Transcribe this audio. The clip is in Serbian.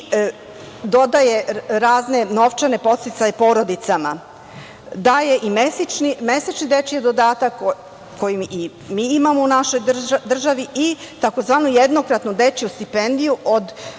dodaje razne novčane podsticaje porodicama, daje i mesečni dečiji dodatak koji i mi imamo u našoj državi i tzv. jednokratno dečiju stipendiju od